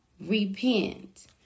repent